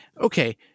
okay